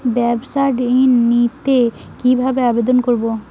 ব্যাবসা ঋণ নিতে কিভাবে আবেদন করব?